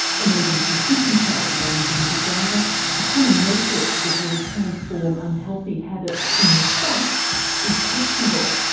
and even if you could control your own genetic data the common rhetoric that you'll transform unhealthy habits in response is questionable.